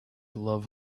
love